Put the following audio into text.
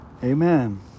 Amen